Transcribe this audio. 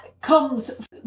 comes